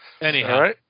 Anyhow